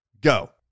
Go